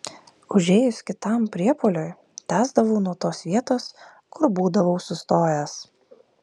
užėjus kitam priepuoliui tęsdavau nuo tos vietos kur būdavau sustojęs